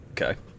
Okay